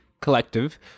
collective